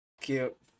Cute